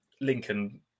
Lincoln